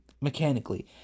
mechanically